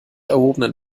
erhobenen